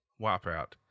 Wipeout